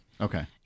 Okay